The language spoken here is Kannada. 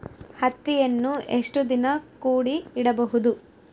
ಹತ್ತಿಯನ್ನು ಎಷ್ಟು ದಿನ ಕೂಡಿ ಇಡಬಹುದು?